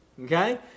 Okay